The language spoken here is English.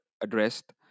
addressed